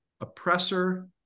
oppressor